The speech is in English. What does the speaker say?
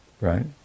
right